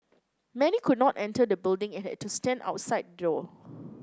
many could not enter the building and had to stand outside the door